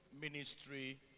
ministry